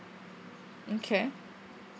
okay